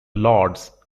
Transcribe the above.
lords